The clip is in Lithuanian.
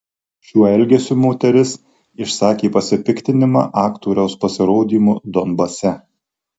šiuo elgesiu moteris išsakė pasipiktinimą aktoriaus pasirodymu donbase